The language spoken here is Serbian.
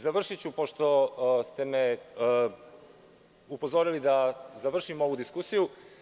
Završiću, pošto ste me upozorili da završim ovu diskusiju.